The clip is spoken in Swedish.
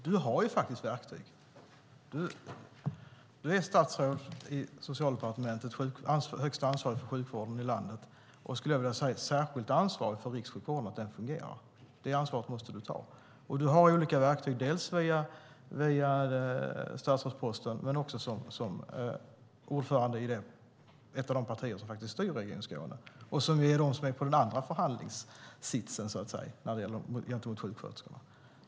Herr talman! Du har faktiskt verktyg, Göran Hägglund. Du är statsråd i Socialdepartementet och den högsta ansvariga för sjukvården i landet, och jag skulle vilja säga att du har ett särskilt ansvar för att rikssjukvården fungerar. Det ansvaret måste du ta. Du har olika verktyg dels via statsrådsposten, dels som ordförande i ett av de partier som styr Region Skåne och som sitter i den andra förhandlingssitsen gentemot sjuksköterskorna.